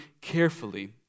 carefully